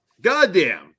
Goddamn